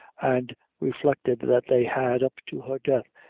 and reflected that they had, up to her death,